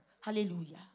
Hallelujah